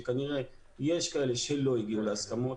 שכנראה יש כאלה שלא יגיעו להסכמות,